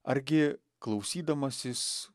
argi klausydamasis